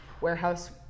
warehouse